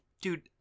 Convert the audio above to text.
dude